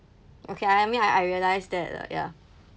okay I admit I realised that lah ya